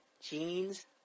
jeans